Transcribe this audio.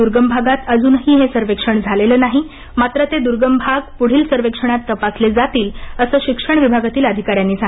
जिल्ह्यातील काही भागात अजूनही हे सर्वेक्षण झालेलं नाही मात्र ते दुर्गम भाग पुढील सर्वेक्षणात तपासले जातील असं शिक्षण विभागातील अधिकाऱ्यांनी सांगितलं